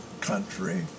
country